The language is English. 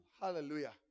Hallelujah